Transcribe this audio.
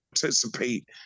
participate